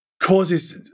causes